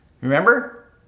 Remember